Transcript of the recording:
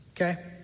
okay